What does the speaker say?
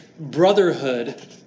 Brotherhood